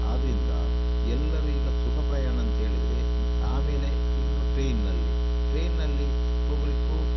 ಆದ್ದರಿಂದ ಎಲ್ಲರೂ ಈಗ ಸುಖ ಪ್ರಯಾಣ ಅಂತೇಳಿದರೆ ಆಮೇಲೆ ಇನ್ನು ಟ್ರೈನ್ನಲ್ಲಿ ಟ್ರೈನ್ನಲ್ಲಿ ಹೋಗಲಿಕ್ಕೂ